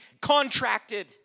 contracted